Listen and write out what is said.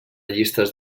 llistes